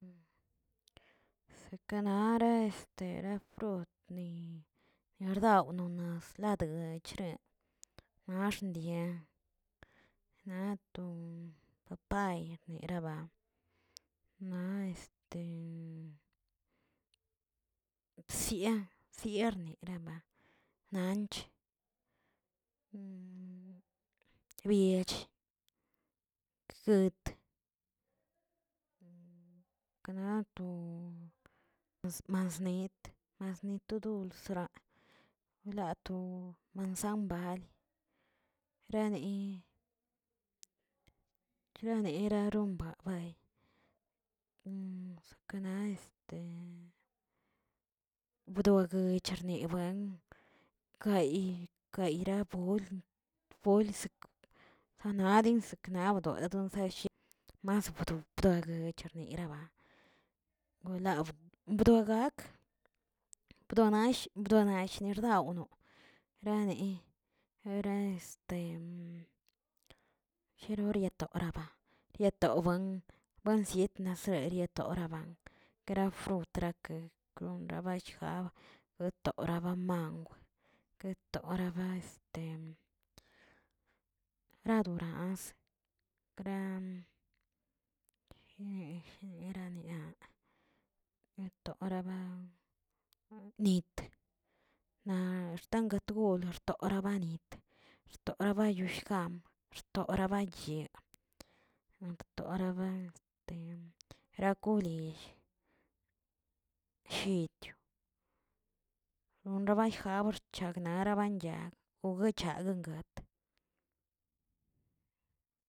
Sekenarə este re frut niardaw nonas ladedeychreꞌ, nax̱ ndieꞌ naꞌ to papay neraba, naꞌ este bsia bsiarneramba nanch, biech tgutə knato smansnit- smasnit to dulsraꞌa, laꞌa to zambali rani rani raromba bay, sekna este bdog cherna bueng gayi gayrabold bolgs sanadin sknadi bonbozen mas bdop bdogye neraba, golabdow bdoa gak bdonashi bdonash nirdawnoꞌ rane ora este jeroria retoba yetobuean bansiet nasie riet oraban, grafrut grakeꞌ gron xabahgab etoraba mangw, guetoraba este radoraz, kra jinesh jerania guetoraba nitə naꞌ xtanga gol orabanitꞌ, rtorabayush gam, xtora bachyee, naꞌ rtoraba este rakolill llitiu, ronrabajbna xchawnaꞌ rabanñag goguenchaga gatꞌ.